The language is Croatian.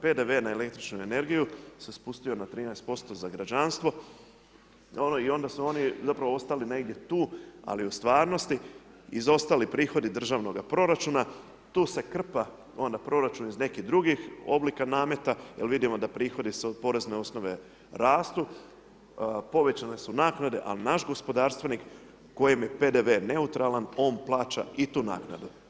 PDV na električnu energiju se spustio na 13% za građanstvo i onda su oni zapravo ostali negdje tu ali u stvarnosti izostali prihodi državnoga proračuna tu se krpa onda proračun iz nekih drugih oblika nameta jer vidimo da prihodi s porezne osnove rastu, povećane su naknade ali naš gospodarstvenik kojem je PDV neutralan on plaća i tu naknadu.